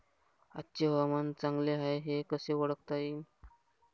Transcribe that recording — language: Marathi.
आजचे हवामान चांगले हाये हे कसे ओळखता येईन?